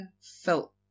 felt